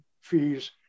fees